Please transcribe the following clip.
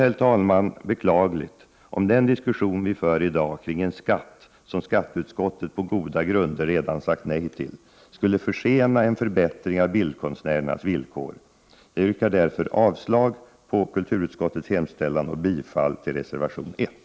Det vore beklagligt om den diskussion vi i dag för om en skatt, som skatteutskottet på goda grunder redan sagt nej till, skulle försena en förbättring av bildkonstnärernas villkor. Jag yrkar därför avslag på kulturutskottets hemställan och bifall till reservation 1.